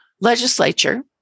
legislature